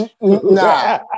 Nah